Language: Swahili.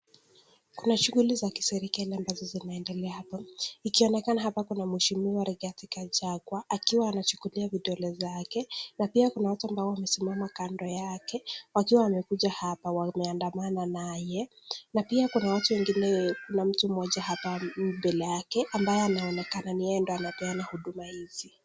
Kuna shughuli za kiresekali ambazo zinaendelea hapo, ikionekana hapa kuna mweshimiwa Rigadhi Gachagwa akiwa anachukulia vidole zake, pia kuna watu wamesimama kando yake wakiwa wamekuja hapa wameandamana naye, na pia kuna mtu moja mbele yake ambaye anaonekana ni yeye ndio anapeana huduma hizi.